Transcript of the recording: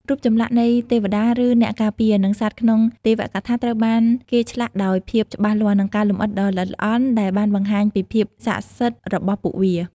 រូបចម្លាក់នៃទេវតា ឬអ្នកការពារ និងសត្វក្នុងទេវកថាត្រូវបានគេឆ្លាក់ដោយភាពច្បាស់លាស់ និងការលម្អិតដ៏ល្អិតល្អន់ដែលបានបង្ហាញពីភាពស័ក្តិសិទ្ធិរបស់ពួកវា។